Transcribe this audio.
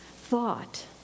thought